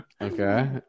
Okay